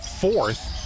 fourth